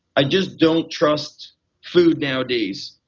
i just don't trust food nowadays.